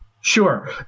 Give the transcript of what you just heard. Sure